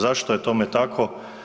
Zašto je tome tako?